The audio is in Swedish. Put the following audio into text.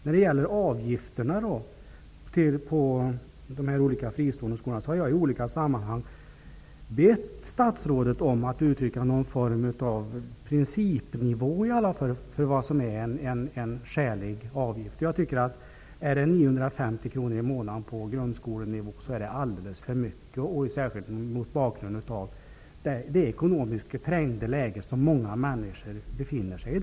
När det gäller avgifterna till de olika fristående skolorna har jag i olika sammanhang bett statsrådet att uttrycka någon form av principnivå för vad som är en skälig avgift. En avgift på 950 kr i månaden på grundskolenivå är enligt min uppfattning alldeles för mycket, särskilt mot bakgrund av det ekonomiskt trängda läge som många människor i dag befinner sig i.